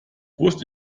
wusste